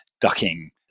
ducking